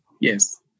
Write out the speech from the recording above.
yes